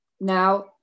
Now